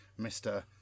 Mr